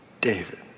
David